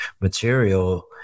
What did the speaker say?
material